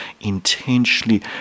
intentionally